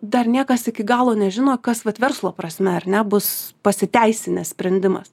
dar niekas iki galo nežino kas vat verslo prasme ar ne bus pasiteisinęs sprendimas